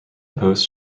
post